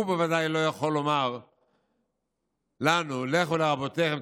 בוודאי לא יכול לומר לנו: לכו לרבותיכם,